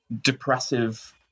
depressive